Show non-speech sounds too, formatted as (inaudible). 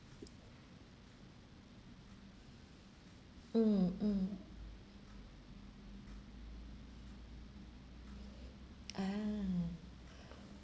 mm mm (breath) oh (breath)